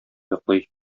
йоклый